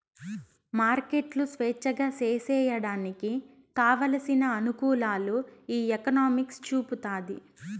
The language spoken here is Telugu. మార్కెట్లు స్వేచ్ఛగా సేసేయడానికి కావలసిన అనుకూలాలు ఈ ఎకనామిక్స్ చూపుతాది